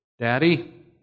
Daddy